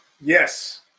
yes